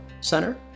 Center